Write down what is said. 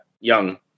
young